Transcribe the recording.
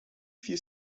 few